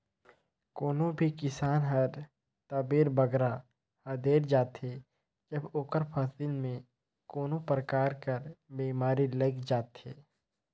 कोनो भी किसान हर तबे बगरा हदेर जाथे जब ओकर फसिल में कोनो परकार कर बेमारी लइग जाथे